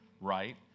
right